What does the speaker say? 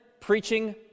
preaching